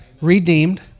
redeemed